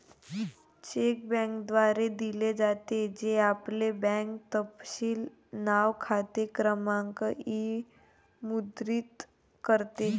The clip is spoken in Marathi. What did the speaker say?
चेक बँकेद्वारे दिले जाते, जे आपले बँक तपशील नाव, खाते क्रमांक इ मुद्रित करते